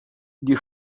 die